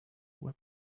web